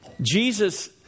Jesus